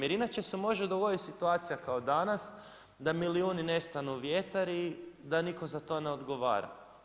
Jer inače se može dogoditi situacija kao danas, da milijuni nestanu u vjetar i da nitko za to ne odgovara.